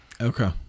Okay